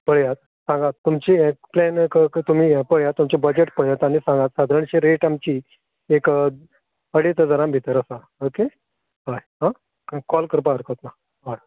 पळयात सांगात तुमची ये कॅन क क तुमी यें पळयात तुमचें बजट पळयात आनी सांगात सादारणशी रेट आमची एक अडेज हजारां भितर आसा ओके अय आ कॉल करपा हरकत ना हय